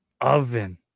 Oven